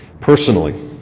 personally